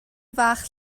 fach